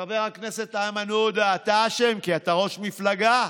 חבר הכנסת איימן עודה, אתה אשם, כי אתה ראש מפלגה.